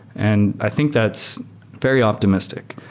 and i think that's very optimistic.